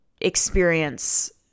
experience